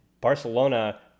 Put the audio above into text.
Barcelona